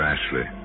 Ashley